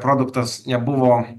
produktas nebuvo